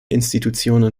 institutionen